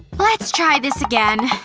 let's try this again.